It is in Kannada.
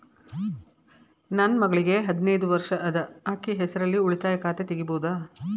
ನನ್ನ ಮಗಳಿಗೆ ಹದಿನೈದು ವರ್ಷ ಅದ ಅಕ್ಕಿ ಹೆಸರಲ್ಲೇ ಉಳಿತಾಯ ಖಾತೆ ತೆಗೆಯಬಹುದಾ?